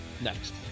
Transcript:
next